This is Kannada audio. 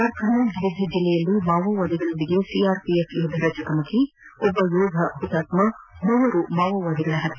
ಜಾರ್ಖಂಡ್ನ ಗಿರಿಧ್ ಜಿಲ್ಲೆಯಲ್ಲಿ ಮಾವೋವಾದಿಗಳೊಂದಿಗೆ ಸಿಆರ್ಪಿಎಫ್ ಚಕಮಕಿ ಒಬ್ಬ ಯೋಧ ಹುತಾತ್ನ ಮೂವರು ಮಾವೋವಾದಿಗಳ ಹತ್ನೆ